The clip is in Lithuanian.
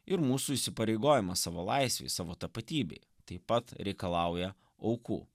ir mūsų įsipareigojimas savo laisvei savo tapatybei taip pat reikalauja aukų